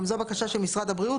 גם זו בקשה של משרד הבריאות.